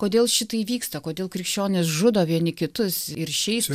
kodėl šitai vyksta kodėl krikščionys žudo vieni kitus ir šiaip